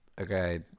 Okay